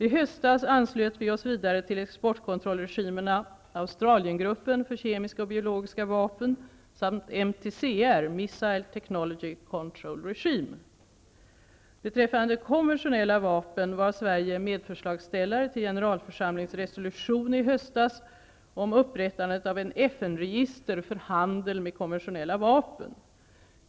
I höstas anslöt Sverige sig vidare till exportkontrollregimerna, Australiengruppen för kemiska och biologiska vapen samt MTCR, Missile Beträffande konventionella vapen var Sverige medförslagsställare till Generalförsamlingens resolution i höstas om upprättandet av ett FN register för handel med konventionella vapen.